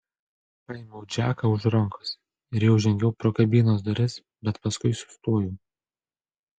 paėmiau džeką už rankos ir jau žengiau pro kabinos duris bet paskui sustojau